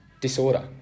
disorder